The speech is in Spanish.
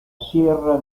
sierra